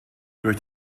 durch